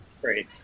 Great